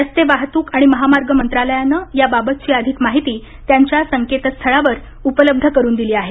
रस्ते वाहतूक आणि महामार्ग मंत्रालयानं याबाबतची अधिक माहिती त्यांच्या संकेतस्थळावर उपलब्ध करुन दिली आहे